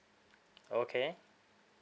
okay